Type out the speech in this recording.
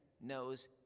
knows